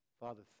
Father